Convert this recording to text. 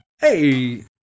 Hey